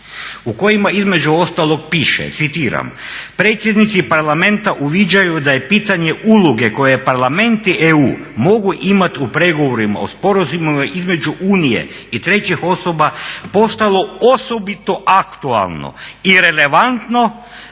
u kojima između ostalog piše, citiram: "Predsjednici parlamenata uviđaju da je pitanje uloge koje parlamenti EU mogu imati u pregovorima o sporazumima između Unije i trećih osoba postalo osobito aktualno i relevantno